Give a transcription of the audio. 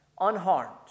unharmed